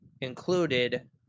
included